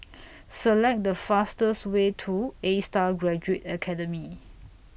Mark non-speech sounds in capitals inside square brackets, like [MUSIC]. [NOISE] Select The fastest Way to A STAR Graduate Academy